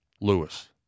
Lewis